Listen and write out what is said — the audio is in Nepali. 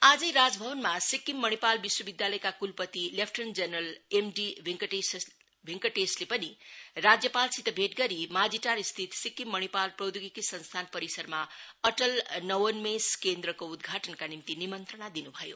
आजै राजभवनमा सिक्किम मणिपाल विश्वविदयालयका कुलपति लेफ्टेनेन्ट जेनरल एम डि भैंकटेशले पनि राज्यपालसित भेट गरी माझीटारस्थित सिक्किम मणिपाल प्रौधोगिकी संस्थान परिसरमा अटल नवोन्मेष केन्द्रको उद्घाटनका निम्ति निमन्त्रणा दिन् भयो